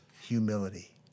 Humility